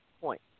point